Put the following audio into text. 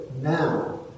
now